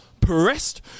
pressed